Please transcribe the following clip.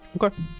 Okay